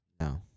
No